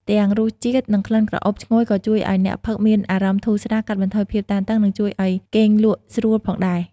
ទាំងរសជាតិ និងក្លិនក្រអូបឈ្ងុយក៏ជួយឲ្យអ្នកផឹកមានអារម្មណ៍ធូរស្រាល កាត់បន្ថយភាពតានតឹង និងជួយឲ្យគេងលក់ស្រួលផងដែរ។